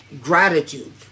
gratitude